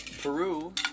Peru